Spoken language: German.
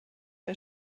der